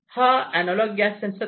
हा analog gas sensor आहे